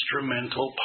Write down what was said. instrumental